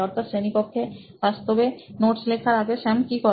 অর্থাৎ শ্রেণীকক্ষে বাস্তবে নোটস লেখার আগে স্যাম কি করে